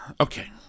okay